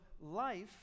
life